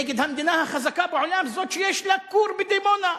נגד המדינה החזקה בעולם, זאת שיש לה כור בדימונה.